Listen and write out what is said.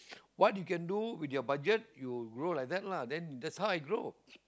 what you can do with your budget you grow like that lah then that's how I grow